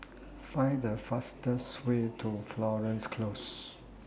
Find The fastest Way to Florence Close